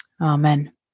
amen